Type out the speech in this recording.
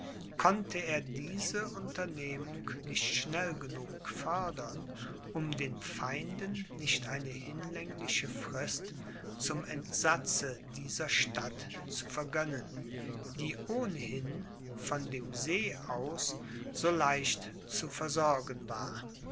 konnte er diese unternehmung nicht schnell genug fördern um den feinden nicht eine hinlängliche frist zum entsatze dieser stadt zu vergönnen die ohnehin von dem see aus so leicht zu versorgen war